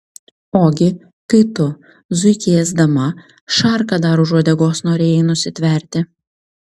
ogi kai tu zuikį ėsdama šarką dar už uodegos norėjai nusitverti